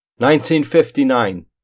1959